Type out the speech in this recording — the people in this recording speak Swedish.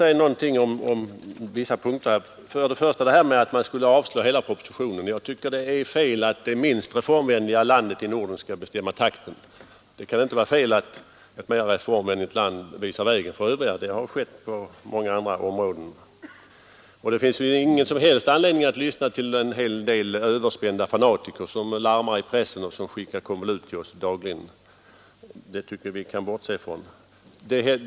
I en reservation yrkar man avslag på hela propositionen. Jag tycker det är fel att det minst reformvänliga landet i Norden skall bestämma takten, men det kan inte vara fel att ett mera reformvänligt land visar vägen för de övriga. Det har skett på många andra områden. Och det finns ingen som helst anledning att lyssna till en hel del överspända fanatiker som larmar i pressen och skickar konvolut till oss dagligen. Dem tycker jag vi kan bortse från.